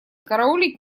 караулить